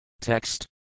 Text